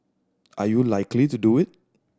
are you likely to do it